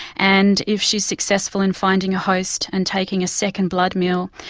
and if she is successful in finding a host and taking a second blood meal,